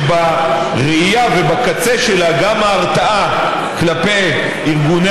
ובראייה ובקצה שלה גם ההרתעה כלפי ארגוני